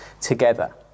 together